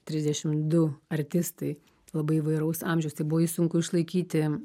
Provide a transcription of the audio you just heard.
trisdešim du artistai labai įvairaus amžiaus tai buvo jį sunku išlaikyti